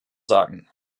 sagen